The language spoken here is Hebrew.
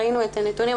ראינו את הנתונים,